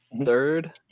third